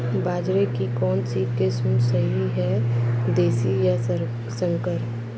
बाजरे की कौनसी किस्म सही हैं देशी या संकर?